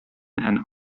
and